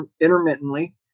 intermittently